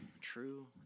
true